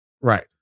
Right